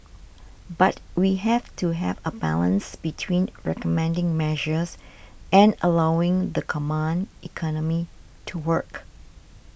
but we have to have a balance between recommending measures and allowing the command economy to work